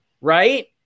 right